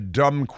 dumb